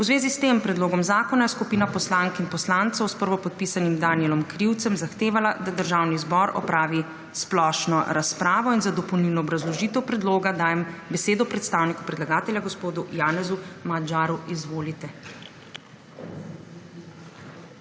V zvezi s tem predlogom zakona je skupina poslank in poslancev s prvopodpisanim Danijelom Krivcem zahtevala, da Državni zbor opravi splošno razpravo. Za dopolnilno obrazložitev predloga dajem besedo predstavniku predlagatelja gospodu Janezu Magyarju. Izvolite.